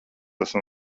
esmu